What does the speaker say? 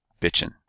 Bitchin